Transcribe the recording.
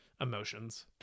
emotions